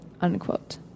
Unquote